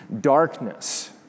darkness